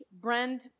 brand